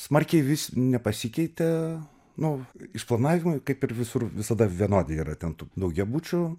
smarkiai vis nepasikeitė nu išplanavimai kaip ir visur visada vienodi yra ten tų daugiabučių